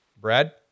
Brad